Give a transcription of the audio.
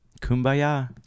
Kumbaya